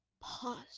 paused